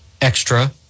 extra